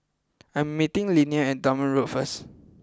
I am meeting Leaner at Dunman Road first